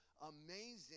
amazing